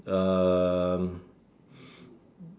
um